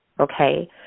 okay